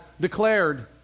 declared